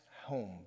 home